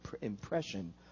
impression